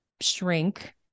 shrink